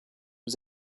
was